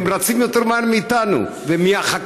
הם רצים יותר מהר מאיתנו ומהחקיקה,